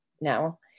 now